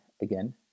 again